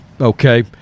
okay